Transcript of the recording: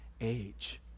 age